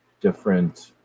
different